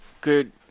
good